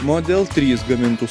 model trys gamintus